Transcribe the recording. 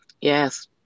Yes